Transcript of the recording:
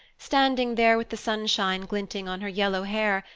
standing there with the sunshine glinting on her yellow hair,